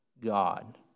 god